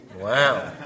Wow